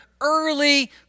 early